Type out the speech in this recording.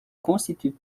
constituent